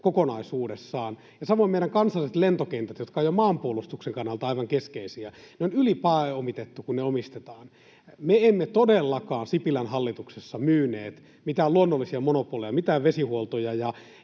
kokonaisuudessaan. Ja samoin meidän kansalliset lentokentät, jotka jo maanpuolustuksen kannalta ovat aivan keskeisiä, on ylipääomitettu, kun ne omistetaan. Me emme todellakaan Sipilän hallituksessa myyneet mitään luonnollisia monopoleja, mitään vesihuoltoja